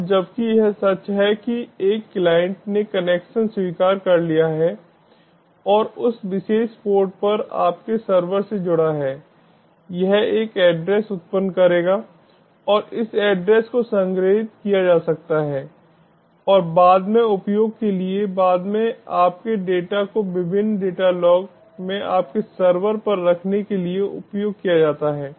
अब जबकि यह सच है कि एक क्लाइंट ने कनेक्शन स्वीकार कर लिया है और उस विशेष पोर्ट पर आपके सर्वर से जुड़ा है यह एक एड्रेस उत्पन्न करेगा और इस एड्रेस को संग्रहीत किया जा सकता है और बाद में उपयोग के लिए बाद में आपके डेटा को विभिन्न डेटा लॉग में आपके सर्वर पर रखने के लिए उपयोग किया जाता है